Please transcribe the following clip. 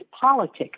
politics